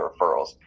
referrals